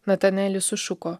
natanaelis sušuko